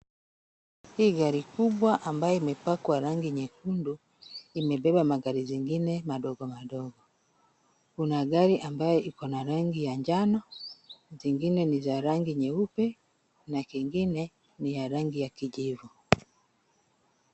Hii gari kubwa ambayo imepakwa rangi nyekundu, imebeba magari mengine madogo madogo. Kuna gari ambayo iko na rangi ya njano zingine ni za rangi nyeupe na kingine ni ya rangi ya kijivu.